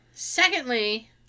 Secondly